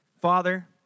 Father